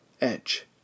edge